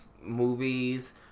movies